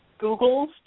Googles